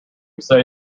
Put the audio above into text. say